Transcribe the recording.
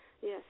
Yes